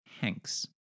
Hanks